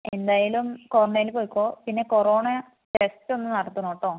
എന്തായാലും ക്വാറൻറ്റെനിൽ പൊയ്ക്കോ പിന്നെ കൊറോണ ടെസ്റ്റ് ഒന്ന് നടത്തണം കെട്ടോ